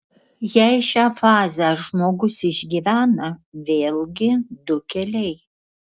jei šią fazę žmogus išgyvena vėlgi du keliai